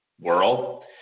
world